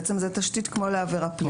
בעצם זה תשתית כמו לעבירה פלילית.